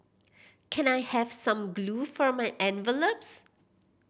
can I have some glue for my envelopes